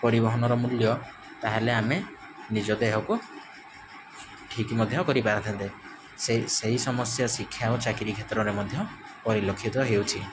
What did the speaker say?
ପରିବହନର ମୂଲ୍ୟ ତାହେଲେ ଆମେ ନିଜ ଦେହକୁ ଠିକ୍ ମଧ୍ୟ କରିପାରିଥାନ୍ତେ ସମସ୍ୟା ଶିକ୍ଷା ଆଉ ଚାକିରୀ କ୍ଷେତ୍ରରେ ମଧ୍ୟ ପରିଲକ୍ଷିତ ହେଉଛି